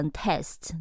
test